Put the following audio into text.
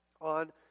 on